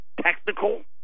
technical